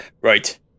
right